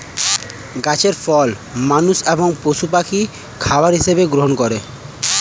গাছের ফল মানুষ এবং পশু পাখি খাবার হিসাবে গ্রহণ করে